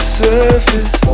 surface